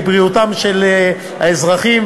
לבריאותם של האזרחים,